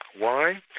why?